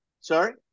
Sorry